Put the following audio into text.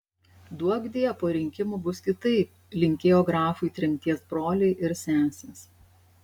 duokdie po rinkimų bus kitaip linkėjo grafui tremties broliai ir sesės